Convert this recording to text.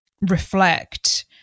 reflect